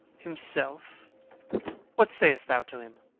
himself what say'st thou to him?